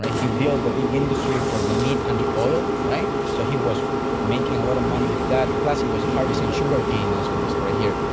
ah he built a big industry for the meat and the oil, so he was making a lot of money with that, plus he was harvesting sugarcane also on this part here.